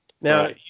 Now